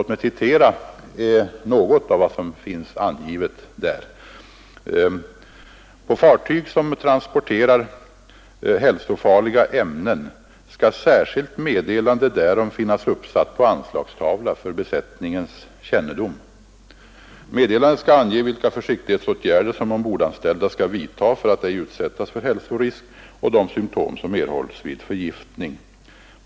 Där sägs bl.a.: ”På fartyg som transporterar hälsofarliga ämnen skall särskilt meddelande därom finnas uppsatt på anslagstavla för besättningens kännedom. Meddelandet skall ange vilka försiktighetsåtgärder som ombordanställd skall vidta för att ej utsättas för hälsorisker och de symptom som erhålles vid förgiftning.